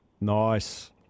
Nice